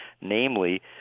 namely